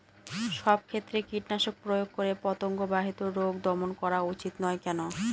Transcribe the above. সব ক্ষেত্রে কীটনাশক প্রয়োগ করে পতঙ্গ বাহিত রোগ দমন করা উচিৎ নয় কেন?